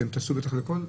אתם תעשו בטח על הכול?